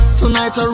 tonight